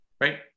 right